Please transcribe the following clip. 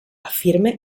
afirma